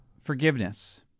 Forgiveness